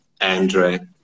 Andre